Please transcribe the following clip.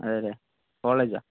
അതെ അല്ലെ കോളേജോ